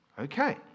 Okay